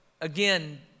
again